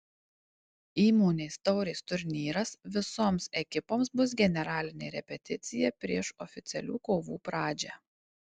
įmonės taurės turnyras visoms ekipoms bus generalinė repeticija prieš oficialių kovų pradžią